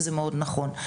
וזה מאוד נכון.